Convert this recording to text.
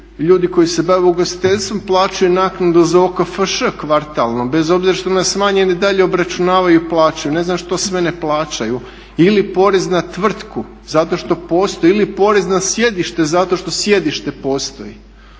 ljudi koji se bave ugostiteljstvom plaćaju naknadu za OKFŠ kvartalno bez obzira što …/Govornik se ne razumije./… i dalje obračunavaju i plaćaju. Ne znam što sve ne plaćaju. Ili porez na tvrtku zato što postoji, ili porez na sjedište zato što sjedište postoji.